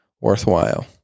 worthwhile